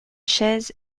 chaise